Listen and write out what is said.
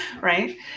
right